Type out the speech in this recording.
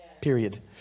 Period